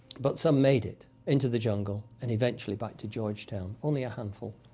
but some made it into the jungle and eventually back to georgetown, only a handful.